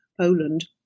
Poland